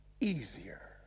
easier